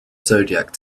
zodiac